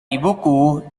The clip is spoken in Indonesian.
ibuku